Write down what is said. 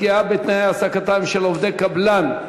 בנושא: פגיעה בתנאי העסקתם של עובדי קבלן,